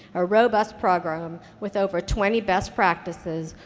a robust program with over twenty best practices,